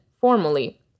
formally